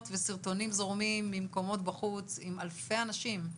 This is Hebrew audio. וסרטונים זורמים ממקומות בחוץ עם אלפי אנשים,